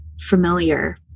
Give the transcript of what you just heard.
familiar